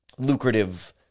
lucrative